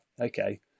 okay